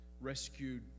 Rescued